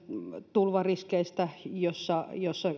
tulvariskeistä lainsäädäntö jossa